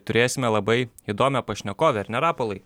turėsime labai įdomią pašnekovę ar ne rapolai